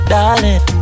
Darling